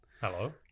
Hello